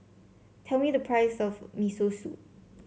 tell me the price of Miso Soup